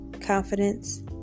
confidence